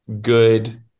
good